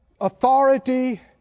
Authority